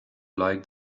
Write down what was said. like